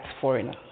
foreigner